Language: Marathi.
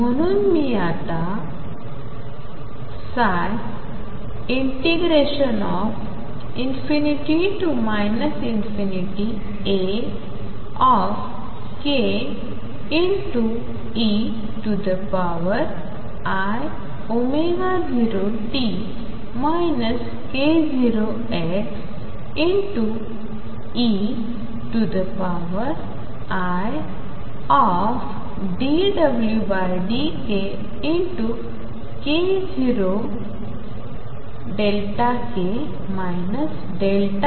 म्हनून मी आता ψ ∞Akei0t k0xeidωdkk0k kxdk